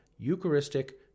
Eucharistic